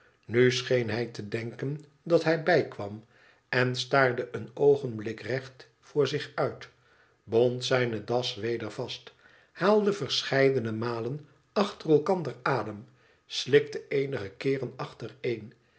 nu scheen hij te denken dat hij bijkwam en staarde een oogenblik recht voor zich uit bond zijne das weder vast haalde verscheiden malen achter elkander adem slikte eenige keeren achtereen